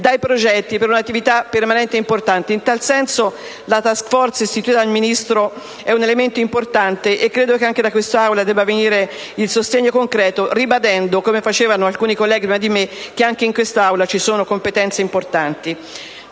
dai progetti per un'attività permanente e importante. In tal senso, la *task force* istituita dal Ministro è un elemento importante, e credo che anche da quest'Aula debba venire il sostegno concreto ribadendo, come hanno fatto alcuni colleghi prima di me, che anche in quest'Aula ci sono competenze importanti.